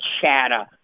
chatter